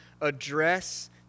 address